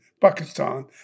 Pakistan